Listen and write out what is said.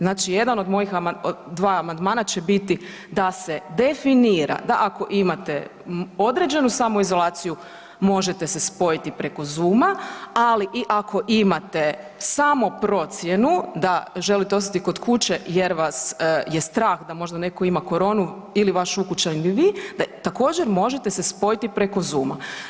Znači jedan od mojih dva amandmana će biti da se definira, da ako imate određenu samoizolaciju možete se spojiti preko zooma, ali i ako imate samo procjenu da želite ostati kod kuće jer vas je strah da možda netko ima koronu ili vaš ukućanin ili vi da također možete se spojiti preko zooma.